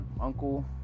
uncle